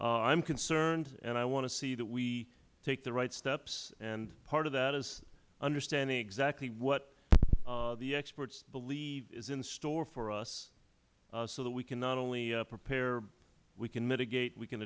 am concerned and i want to see that we take the right steps and part of that is understanding exactly what the experts believe is in store for us so that we can not only prepare we can mitigate we can